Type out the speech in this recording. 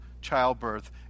childbirth